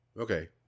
Okay